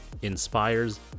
inspires